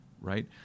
right